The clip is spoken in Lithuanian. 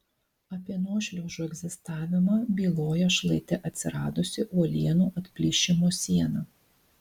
apie nuošliaužų egzistavimą byloja šlaite atsiradusi uolienų atplyšimo siena